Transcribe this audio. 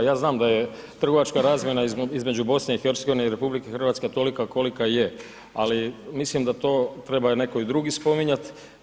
Ja znam da je trgovačka razmjena između BiH i RH tolika kolika je, ali mislim da to treba i netko drugi spominjati.